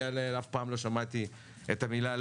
עליה אף פעם לא שמעתי את המילה לא,